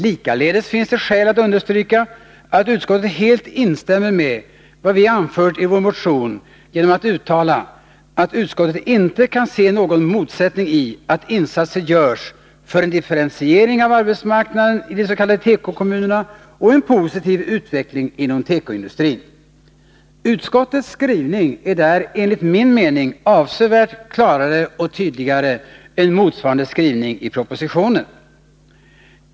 Likaledes finns det skäl att understryka att utskottet helt instämmer med vad vi anfört i vår motion genom att uttala, att utskottet inte kan se någon motsättning i att insatser görs för en differentiering av arbetsmarknaden i de s.k. tekokommunerna och en positiv utveckling inom tekoindustrin. Utskottets skrivning är där enligt min mening avsevärt klarare och tydligare än motsvarande skrivning i propositionen.